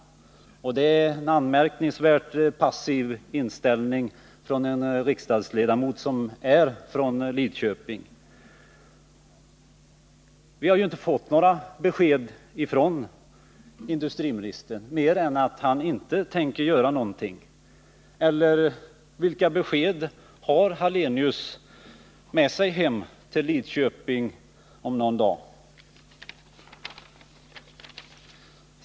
Det är en anmärkningsvärt passiv inställning hos en riksdagsledamot som är från Lidköping. Vi har ju inte fått några andra besked från industriministern än att han inte tänker göra någonting. Kan Ingemar Hallenius tala om vilka andra besked han har med sig hem till Lidköping om någon dag?